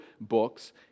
books